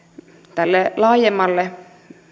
tälle laajemmalle